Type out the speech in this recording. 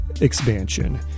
expansion